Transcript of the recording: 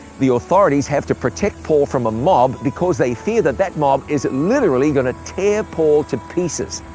the authorities have to protect paul from a mob because they fear that that mob is literally gonna tear paul to pieces.